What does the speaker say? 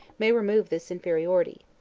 may remove this inferiority.